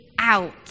out